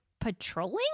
patrolling